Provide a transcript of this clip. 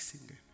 singing